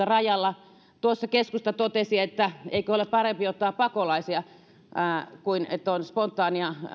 rajalla tuossa keskusta totesi että eikö ole parempi että otetaan pakolaisia kuin että on spontaania